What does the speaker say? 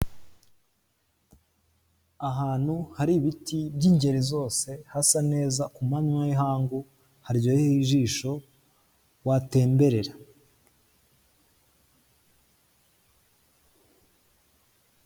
Ahantu hari ibiti by'ingeri zose, hasa neza ku manywa y'ihangu haryoheye ijisho watemberera.